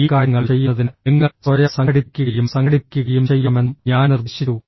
ഈ കാര്യങ്ങൾ ചെയ്യുന്നതിന് നിങ്ങൾ സ്വയം സംഘടിപ്പിക്കുകയും സംഘടിപ്പിക്കുകയും ചെയ്യണമെന്നും ഞാൻ നിർദ്ദേശിച്ചു